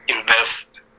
invest